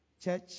Church